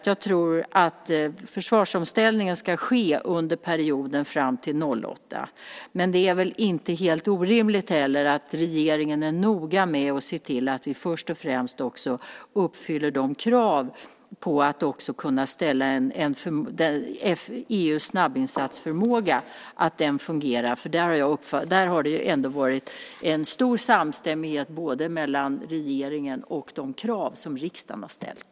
Jag tror att försvarsomställningen ska ske under perioden fram till 2008. Det är inte helt orimligt att regeringen är noga med att se till att vi först och främst uppfyller kraven på att EU:s snabbinsatsförmåga fungerar. Där har det ändå varit en stor samstämmighet mellan regeringen och de krav som riksdagen har ställt.